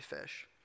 fish